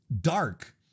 dark